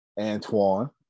Antoine